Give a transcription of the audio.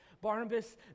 Barnabas